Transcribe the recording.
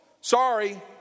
Sorry